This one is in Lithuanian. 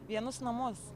vienus namus